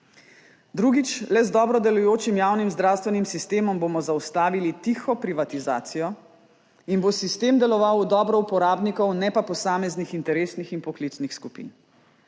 Drugič, le z dobro delujočim javnim zdravstvenim sistemom bomo zaustavili tiho privatizacijo in bo sistem deloval v dobro uporabnikov ne pa posameznih interesnih in poklicnih skupin.